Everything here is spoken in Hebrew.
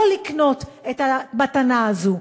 לא לקנות את המתנה הזאת.